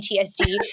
PTSD